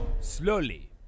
Slowly